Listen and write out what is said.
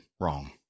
wrong